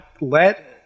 let